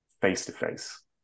face-to-face